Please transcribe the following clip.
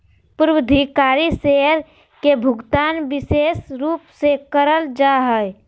पूर्वाधिकारी शेयर के भुगतान विशेष रूप से करल जा हय